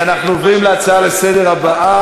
עכשיו,